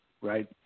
right